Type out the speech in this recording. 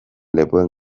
lepoen